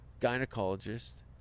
gynecologist